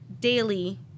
daily